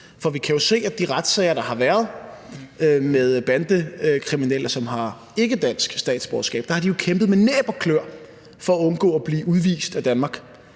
For vi kan jo se af de retssager, der har været med bandekriminelle, som har et ikkedansk statsborgerskab, at de har kæmpet med næb og klør for at undgå at blive udvist af Danmark.